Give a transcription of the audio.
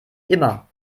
immer